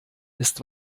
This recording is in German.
ist